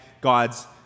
God's